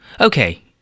Okay